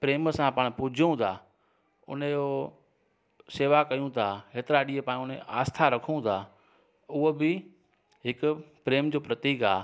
प्रेम सां पाण पुजू था उनजो शेवा कयूं था एतिरा ॾींहं पाण उन आस्था रखू था हूअ बि हिकु प्रेम जो प्रतीक आहे